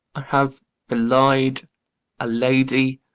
i have belied a lady,